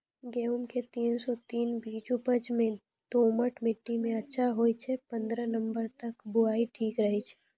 गेहूँम के तीन सौ तीन बीज उपज मे दोमट मिट्टी मे अच्छा होय छै, पन्द्रह नवंबर तक बुआई ठीक रहै छै